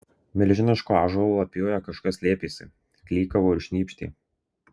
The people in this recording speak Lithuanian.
milžiniško ąžuolo lapijoje kažkas slėpėsi klykavo ir šnypštė